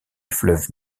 fleuve